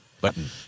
button